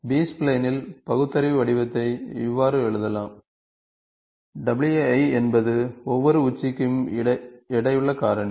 B ஸ்ப்லைனின் பகுத்தறிவு வடிவத்தை இவ்வாறு எழுதலாம் wi என்பது ஒவ்வொரு உச்சிக்கும் எடையுள்ள காரணி